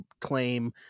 claim